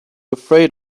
afraid